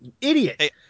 Idiot